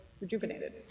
rejuvenated